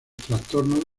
trastornos